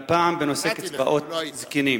והפעם בנושא קצבאות זקנים.